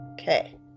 Okay